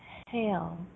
exhale